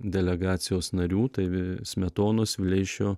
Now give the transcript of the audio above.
delegacijos narių tai vi smetonos vileišio